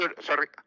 sorry